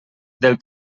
del